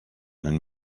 and